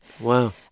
Wow